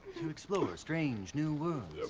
to explore strange new